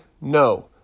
No